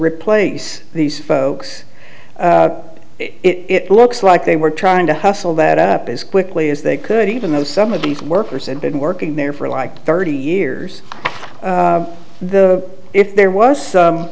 replace these folks it looks like they were trying to hustle that up as quickly as they could even though some of these workers had been working there for like thirty years the if there was so